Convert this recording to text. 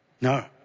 No